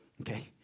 Okay